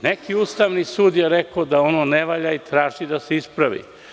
Neki ustavni sud je rekao da ono ne valja i traži da se ispravi.